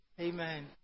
Amen